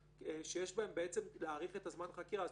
שיש בהן כדי להאריך את זמן החקירה.